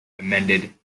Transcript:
amended